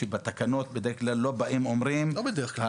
שבתקנות בדרך כלל לא באים ואומרים --- לא בדרך כלל.